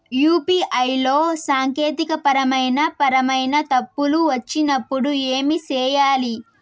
UPI లో సాంకేతికపరమైన పరమైన తప్పులు వచ్చినప్పుడు ఏమి సేయాలి